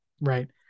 Right